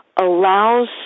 allows